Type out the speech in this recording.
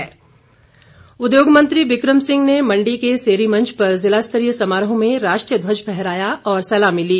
स्वतंत्रता दिवस मंडी उद्योग मंत्री बिकम सिंह ने मंडी के सेरी मंच पर ज़िला स्तरीय समारोह में राष्ट्रीय ध्वज फहराया और सलामी ली